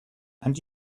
and